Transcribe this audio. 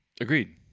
Agreed